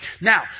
Now